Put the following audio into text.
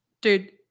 dude